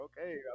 okay